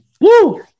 Woo